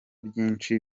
byinshi